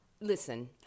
listen